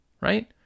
right